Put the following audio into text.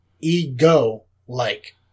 ego-like